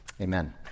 amen